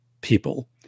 people